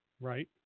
Right